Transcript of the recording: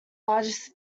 largest